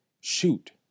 shoot